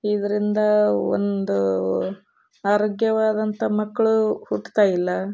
ಇದರಿಂದ ಒಂದು ಆರೋಗ್ಯವಾದಂಥ ಮಕ್ಕಳು ಹುಟ್ತಾ ಇಲ್ಲ